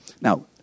Now